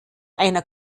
einer